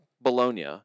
Bologna